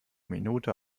minute